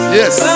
yes